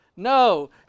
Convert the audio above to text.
No